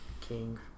King